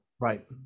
right